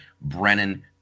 Brennan